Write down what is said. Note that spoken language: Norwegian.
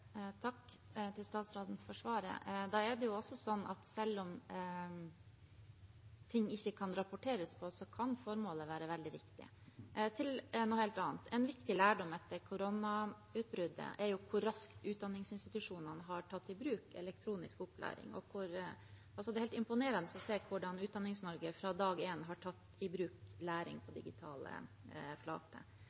Takk til statsråden for svaret. Da er det også sånn at selv om ting ikke kan rapporteres på, kan formålet være veldig viktig. Til noe helt annet: En viktig lærdom etter koronautbruddet er hvor raskt utdanningsinstitusjonene har tatt i bruk elektronisk opplæring. Det er helt imponerende å se hvordan Utdannings-Norge fra dag én har tatt i bruk læring på digitale